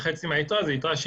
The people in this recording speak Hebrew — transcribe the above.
והחצי השני הוא יתרה פנויה,